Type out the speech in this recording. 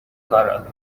کارات